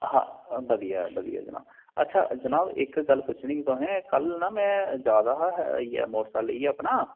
हां बधियां बधिया जनाब अच्छा जनाब इक गल्ल पुच्छनी ही तुसेंई कल ना में जा दा हा इ'यै मोटरसाइकल लेइयै अपना